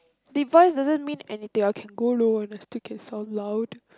device doesn't mean anything ah can go low I still can sound loud